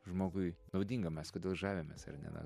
žmogui naudinga mes kodėli žavimės ar ne na